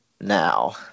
now